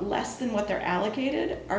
less than what they're allocated are